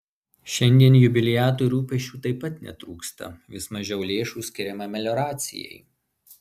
šiandien jubiliatui rūpesčių taip pat netrūksta vis mažiau lėšų skiriama melioracijai